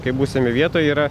kaip būsim jau vietoj yra